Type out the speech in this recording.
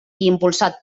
impulsat